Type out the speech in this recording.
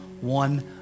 one